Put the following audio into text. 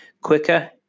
Quicker